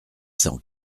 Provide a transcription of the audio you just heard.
cent